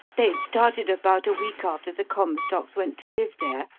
they started about a week after the comstocks went to live there.